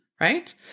right